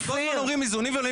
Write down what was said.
לא, פה מדברים איזונים ובלמים